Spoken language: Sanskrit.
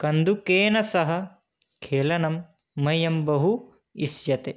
कन्दुकेन सह खेलनं मह्यं बहु इष्यते